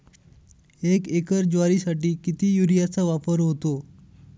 एक एकर ज्वारीसाठी किती युरियाचा वापर होतो?